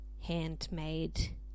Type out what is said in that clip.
handmade